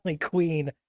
Queen